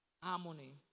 harmony